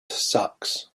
sucks